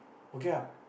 okay ah